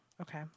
Okay